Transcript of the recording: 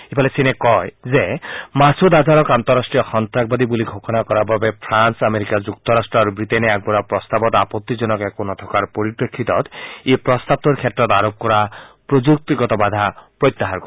ইফালে চীনে কয় যে মাছুদ আজহাৰক আন্তঃৰাষ্ট্ৰীয় সন্তাসবাদী বুলি ঘোষণা কৰাৰ বাবে ফ্ৰাল আমেৰিকা যুক্তৰাষ্ট আৰু ৱিটেইনে আগবঢ়োৱা প্ৰস্তাৱত আপত্তিজনক একো নথকাৰ পৰিপ্ৰেক্ষিতত ই প্ৰস্তাৱটোৰ ক্ষেত্ৰত আৰোপ কৰা প্ৰযুক্তিগত বাধা প্ৰত্যাহাৰ কৰে